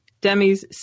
Demi's